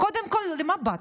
קודם כול, למה באת?